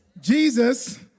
Jesus